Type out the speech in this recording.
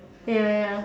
ya ya ya